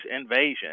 invasion